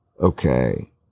okay